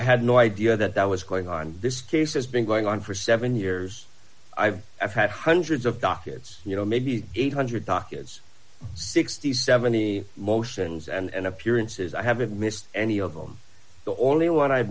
had no idea that that was going on this case has been going on for seven years i've i've had hundreds of documents you know maybe eight hundred dockets six thousand and seventy motions and appearances i haven't missed any of them the only one i've